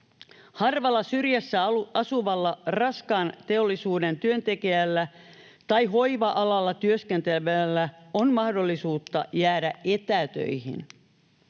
Harvalla syrjässä asuvalla raskaan teollisuuden työntekijällä tai hoiva-alalla työskentelevällä on mahdollisuutta jäädä etätöihin.